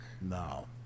No